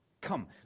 Come